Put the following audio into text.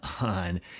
on